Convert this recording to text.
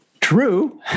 true